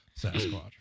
Sasquatch